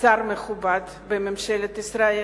שר מכובד בממשלת ישראל,